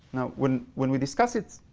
when when we discuss it,